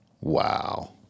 Wow